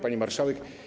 Pani Marszałek!